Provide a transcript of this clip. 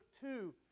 two